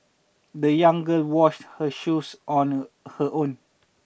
the young girl washed her shoes on her own